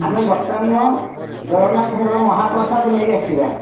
ଆମେ ବର୍ତ୍ତମାନ ଜଗନ୍ନାଥଙ୍କ ମହାପ୍ରସାଦ ନେଇ ଆସିବା